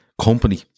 company